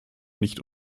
nicht